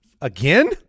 Again